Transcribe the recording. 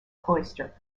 cloister